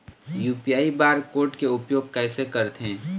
UPI bar code के उपयोग कैसे करथें?